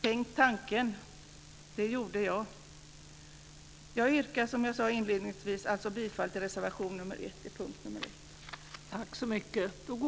Tänk tanken! Det gjorde jag. Jag yrkar, som jag sade inledningsvis, alltså bifall till reservation nr 1 under punkt 1.